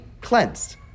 cleansed